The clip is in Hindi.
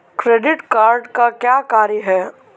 क्रेडिट कार्ड का क्या कार्य है?